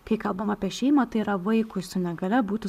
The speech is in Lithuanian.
kai kalbam apie šeimą tai yra vaikui su negalia būtų